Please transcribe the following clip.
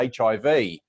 HIV